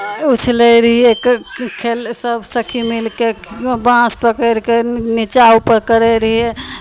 उछलै रहियै ख् खेल सभ सखी मिलि कऽ बाँस पकड़ि कऽ नीचाँ ऊपर करै रहियै